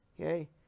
Okay